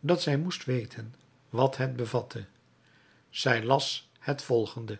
dat zij moest weten wat het bevatte zij las het volgende